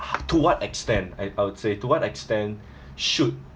to what extent I'd I would say to what extent should